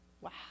Wow